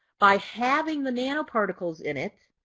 by having the nanoparticles in it,